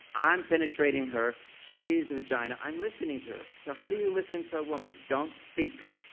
i'm penetrating her. she's the vagina. i'm listening to her. so how do you listen to a woman? don't speak.